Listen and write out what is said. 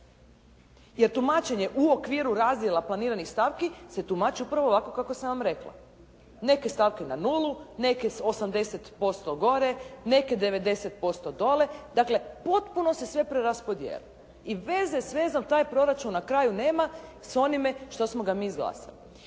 Jer tumačenje u okviru razdjela planiranih stavki se tumači upravo ovako kako sam vam rekla. Neke stavke na nulu, neke s 80% gore, neke 90% dole. Dakle potpuno se sve preraspodijeli i veze s vezom taj proračun na kraju nema s onime što smo ga mi izglasali.